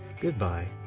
goodbye